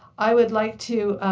i would like to